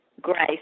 grace